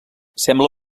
sembla